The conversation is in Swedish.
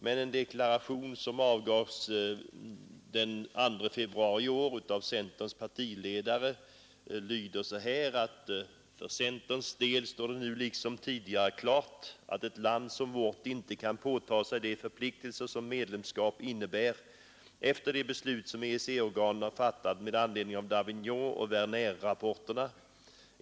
Men den deklaration som avgavs den 2 februari i år av centerns partiledare lyder: ”För centerns del står det nu liksom tidigare klart, att ett land som vårt inte kan påta sig de förpliktelser som medlemskap innebär efter de beslut som EEC-organen har fattat med anledning av Davignonoch Wernerrapporterna.